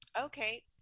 Okay